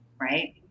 right